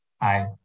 Hi